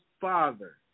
father